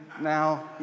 Now